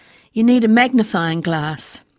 you need a magnifying glass.